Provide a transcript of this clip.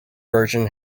version